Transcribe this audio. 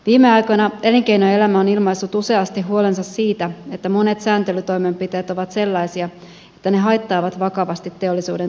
viime aikoina elinkeinoelämä on ilmaissut useasti huolensa siitä että monet sääntelytoimenpiteet ovat sellaisia että ne haittaavat vakavasti teollisuuden toimintaedellytyksiä